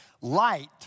Light